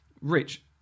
Rich